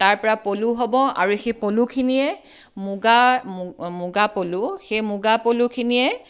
তাৰপৰা পলু হ'ব আৰু সেই পলুখিনিয়ে মুগা মুগাপলু সেই মুগাপলুখিনিয়ে